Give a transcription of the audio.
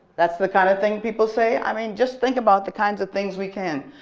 that's the kind of thing people say. i mean just think about the kinds of things we can.